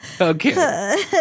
Okay